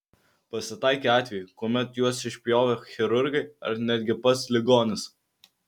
pasitaikė atvejų kuomet juos išpjovė chirurgai ar netgi pats ligonis